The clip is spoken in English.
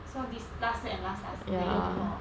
so this last year and last last the year before